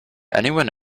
anyone